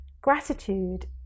Gratitude